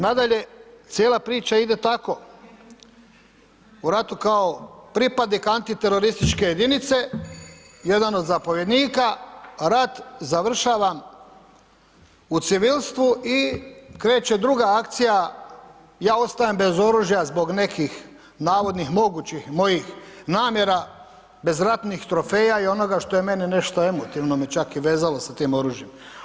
Nadalje, cijela priča ide tako u ratu ako pripadnik antiterorističke jedinice, jedan od zapovjednika rat završavam u civilstvu i kreće druga akcija, ja ostajem bez oružja zbog nekih navodnih mogućih mojih namjera, bez ratnih trofeja i onoga što je meni nešto emotivno me čak i vezalo sa tim oružjem.